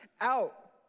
out